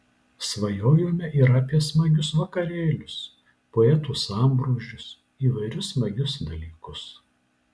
svajojome ir apie smagius vakarėlius poetų sambrūzdžius įvairius smagius dalykus